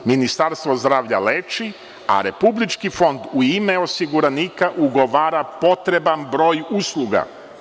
Ministarstvo zdravlja leči, a Republički fond u ime osiguranika ugovara potreban broj usluga.